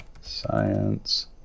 science